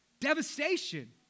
Devastation